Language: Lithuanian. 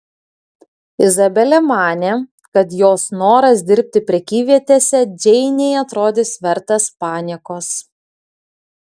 izabelė manė kad jos noras dirbti prekyvietėse džeinei atrodys vertas paniekos